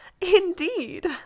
Indeed